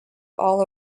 all